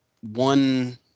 one